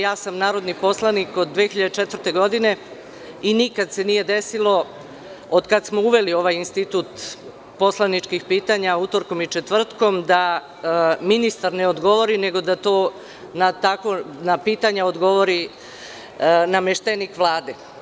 Ja sam narodni poslanik od 2004. godine i nikada se nije desilo od kada smo uveli ovaj institut poslaničkih pitanja utorkom i četvrtkom da ministar ne odgovori nego da na pitanja odgovori nameštenik Vlade.